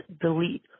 delete